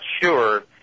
sure